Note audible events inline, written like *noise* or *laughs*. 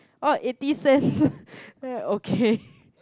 oh eighty cents *laughs* okay